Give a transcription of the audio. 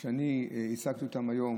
שאני הסרתי היום,